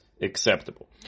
acceptable